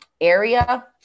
area